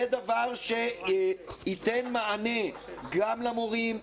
זה דבר שייתן מענה גם למורים,